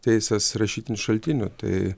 teisės rašytinių šaltinių tai